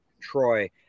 Troy